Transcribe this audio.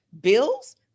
Bills